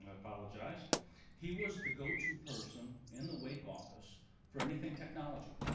apologize he was the go to person in the wake office for anything technology.